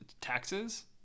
taxes